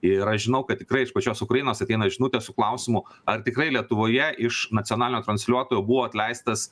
ir aš žinau kad tikrai iš pačios ukrainos ateina žinutės su klausimu ar tikrai lietuvoje iš nacionalinio transliuotojo buvo atleistas